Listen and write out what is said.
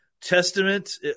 testament